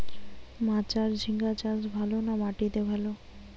মাচায় ঝিঙ্গা চাষ ভালো না মাটিতে ভালো?